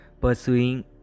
pursuing